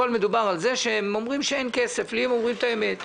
מדובר על כך שהם אומרים שאין כסף לי הם אומרים את האמת.